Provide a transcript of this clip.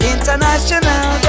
International